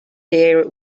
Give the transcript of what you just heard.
they